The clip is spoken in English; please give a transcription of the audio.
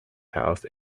house